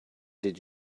did